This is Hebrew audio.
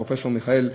פרופסור מיכאל נודלמן,